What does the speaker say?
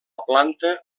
planta